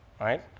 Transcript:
right